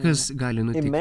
kas gali nutikti